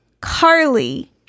Carly